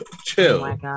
chill